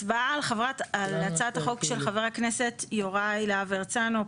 הצבעה על הצעת החוק של חבר הכנסת יוראי להב הרצנו,